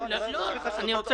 הישיבה על חברי הכנסת שיצאו.